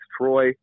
Troy